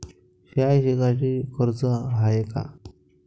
शाळा शिकासाठी कर्ज हाय का?